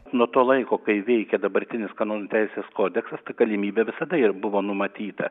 nuo to laiko kai veikia dabartinis kanonų teisės kodeksas tai galimybė visada ir buvo numatyta